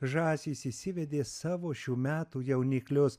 žąsys įsivedė savo šių metų jauniklius